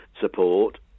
support